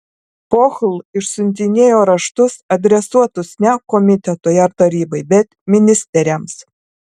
pohl išsiuntinėjo raštus adresuotus ne komitetui ar tarybai bet ministeriams